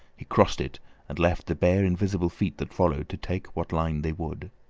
he crossed it and left the bare invisible feet that followed to take what line they would.